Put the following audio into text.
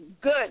good